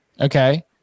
Okay